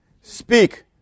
Speak